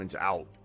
out